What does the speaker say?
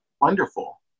wonderful